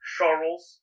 Charles